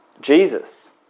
Jesus